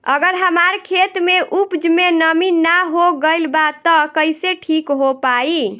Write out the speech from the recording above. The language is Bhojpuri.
अगर हमार खेत में उपज में नमी न हो गइल बा त कइसे ठीक हो पाई?